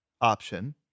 option